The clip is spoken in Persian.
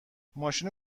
ماشینو